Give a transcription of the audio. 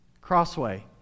Crossway